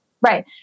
Right